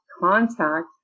contact